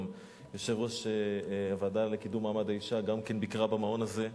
גם יושבת-ראש הוועדה לקידום מעמד האשה ביקרה במעון הזה.